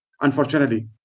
unfortunately